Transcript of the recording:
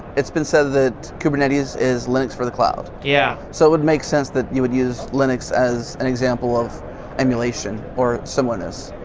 it's been said that kubernetes is links for the cloud, yeah so it would make sense that you would use linux as an example of emulation or similarness.